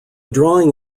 drawing